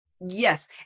Yes